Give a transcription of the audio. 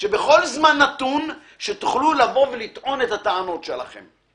שבכל זמן נתון תוכלו לבוא ולטעון את הטענות שלכם.